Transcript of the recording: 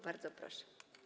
Bardzo proszę.